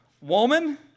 Woman